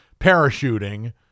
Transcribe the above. parachuting